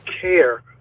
care